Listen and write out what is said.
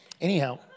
anyhow